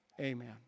amen